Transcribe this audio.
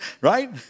Right